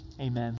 amen